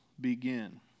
begin